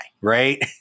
right